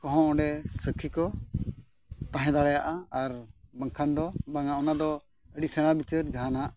ᱠᱚᱦᱚᱸ ᱚᱸᱰᱮ ᱥᱟᱹᱠᱷᱤ ᱠᱚ ᱛᱟᱦᱮᱸ ᱫᱟᱲᱮᱭᱟᱜᱼᱟ ᱟᱨ ᱵᱟᱝᱠᱷᱟᱱ ᱫᱚ ᱵᱟᱝᱟ ᱚᱱᱟᱫᱚ ᱟᱹᱰᱤ ᱥᱮᱬᱟ ᱵᱤᱪᱟᱹᱨ ᱡᱟᱦᱟᱱᱟᱜ